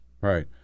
Right